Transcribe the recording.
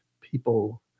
people